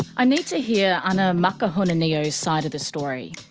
i need to hear ana makahununiu's side of the story.